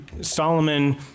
Solomon